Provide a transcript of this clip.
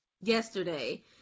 yesterday